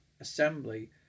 assembly